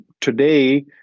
today